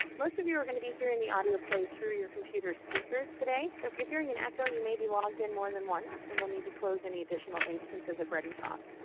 most of you are going to be hearing the audio play through your computer speakers today so if you're hearing an echo, you may be logged in more than once and will need to close any additional instances of readytalk.